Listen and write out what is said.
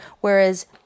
whereas